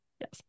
Yes